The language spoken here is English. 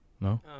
No